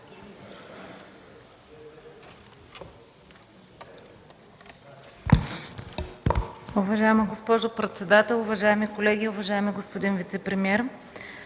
Уважаема госпожо председател, уважаеми колеги, уважаеми господин вицепремиер!